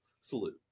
Salute